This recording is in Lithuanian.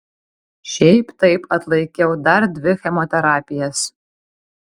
šiaip taip atlaikiau dar dvi chemoterapijas